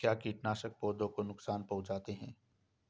क्या कीटनाशक पौधों को नुकसान पहुँचाते हैं?